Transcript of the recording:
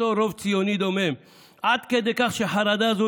אותו "רוב ציוני דומם" עד כדי כך שחרדה זו